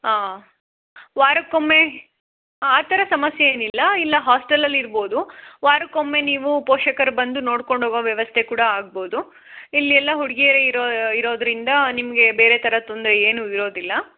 ಆಂ ವಾರಕ್ಕೊಮ್ಮೆ ಆ ಥರ ಸಮಸ್ಯೆ ಏನಿಲ್ಲ ಇಲ್ಲ ಹಾಸ್ಟೆಲಲ್ಲಿ ಇರ್ಬೋದು ವಾರಕ್ಕೊಮ್ಮೆ ನೀವು ಪೋಷಕರು ಬಂದು ನೋಡ್ಕೊಂಡು ಹೋಗೋ ವ್ಯವಸ್ಥೆ ಕೂಡ ಆಗ್ಬೋದು ಇಲ್ಲಿ ಎಲ್ಲ ಹುಡ್ಗಿಯರು ಇರೋ ಇರೋದರಿಂದ ನಿಮಗೆ ಬೇರೆ ಥರ ತೊಂದರೆ ಏನೂ ಇರೋದಿಲ್ಲ